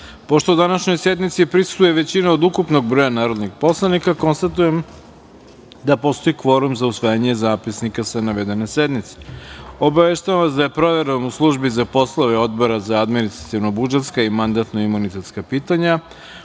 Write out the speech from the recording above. današnjoj sednici prisustvuje većina od ukupnog broja narodnih poslanika, konstatujem da postoji kvorum za usvajanje zapisnika sa navedene sednice. Obaveštavam vas da je proverom u službi za poslove Odbora za administrativno-budžetska i mandatno-imunitetska pitanja